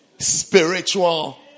Spiritual